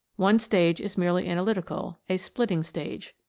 one stage is merely analytical, a splitting stage.